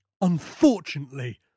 Unfortunately